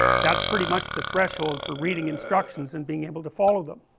that is pretty much the threshold for reading instructions and being able to follow them